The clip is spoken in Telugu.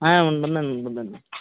ఉంటుందండి ఉంటుందండి